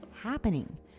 happening